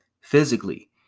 Physically